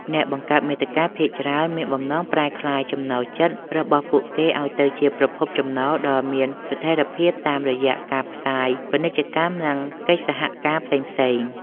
អ្នកបង្កើតមាតិកាភាគច្រើនមានបំណងប្រែក្លាយចំណូលចិត្តរបស់ពួកគេឱ្យទៅជាប្រភពចំណូលដ៏មានស្ថេរភាពតាមរយៈការផ្សាយពាណិជ្ជកម្ម និងកិច្ចសហការផ្សេងៗ។